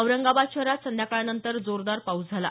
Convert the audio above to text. औरंगाबाद शहरात संध्याकाळनंतर जोरदार पाऊस झाला